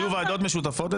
היו ועדות משותפות,